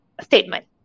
statement